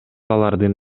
алардын